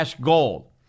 gold